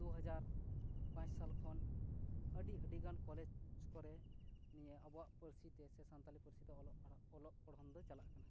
ᱫᱩ ᱦᱟᱡᱟᱨ ᱯᱟᱸᱪ ᱥᱟᱞ ᱠᱷᱚᱱ ᱟᱹᱰᱤ ᱟᱹᱰᱤᱜᱟᱱ ᱠᱚᱞᱮᱡ ᱠᱚᱨᱮ ᱱᱤᱭᱟᱹ ᱟᱵᱚᱭᱟᱜ ᱯᱟᱹᱨᱥᱤ ᱛᱮ ᱥᱮ ᱥᱟᱱᱛᱟᱞᱤ ᱯᱟᱹᱨᱥᱤ ᱛᱮ ᱚᱞᱚᱜ ᱯᱚᱲᱦᱚᱱ ᱫᱚ ᱪᱟᱞᱟᱜ ᱠᱟᱱᱟ